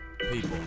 people